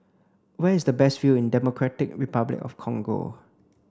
where is the best view in Democratic Republic of the Congo